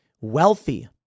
Wealthy